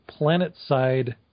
Planetside